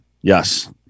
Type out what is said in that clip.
yes